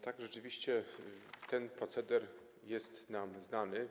Tak, rzeczywiście, ten proceder jest nam znany.